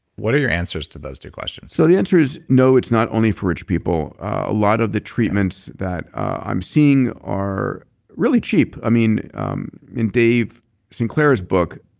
what are your answers to those two questions? so the answer is no, it's not only for rich people. a lot of the treatments that i'm seeing are really cheap. um in dave sinclair's book